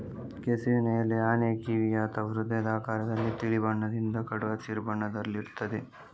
ಕೆಸುವಿನ ಎಲೆ ಆನೆಯ ಕಿವಿಯ ಅಥವಾ ಹೃದಯದ ಆಕಾರದಲ್ಲಿದ್ದು ತಿಳಿ ಬಣ್ಣದಿಂದ ಕಡು ಹಸಿರು ಬಣ್ಣದಲ್ಲಿರ್ತದೆ